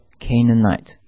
Canaanite